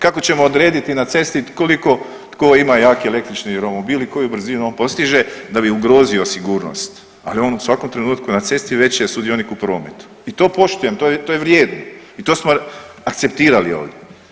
Kako ćemo odrediti na cesti koliko tko ima jaki električni romobil i koju brzinu on postiže da bi ugrozio sigurnost, ali on u svakom trenutku na cesti, već je sudionik u prometu i to poštujem, to je vrijedno i to smo akceptirali ovdje.